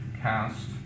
cast